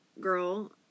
girl